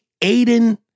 Aiden